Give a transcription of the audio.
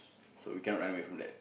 so we cannot run away from that